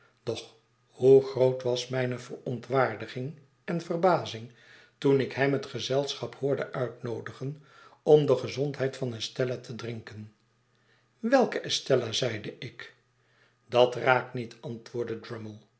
doch hoe groot was mijne verontwaardiging en verbazing toen ik hem het gezeischap hoorde uitnoodigen om de gezondheid van estella te drinken welke estella zeide ik dat raakt niet antwoordde